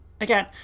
again